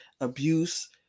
abuse